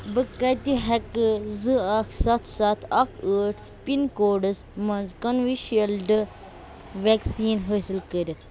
بہٕ کٔتہِ ہیٚکہٕ زٕ اَکھ سَتھ سَتھ اَکھ ٲٹھ پِن کوڈس مَنٛز کوِشیٖلڈٕ ویکسیٖن حٲصِل کٔرِتھ